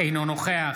אינו נוכח